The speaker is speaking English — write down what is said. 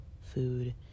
food